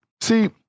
See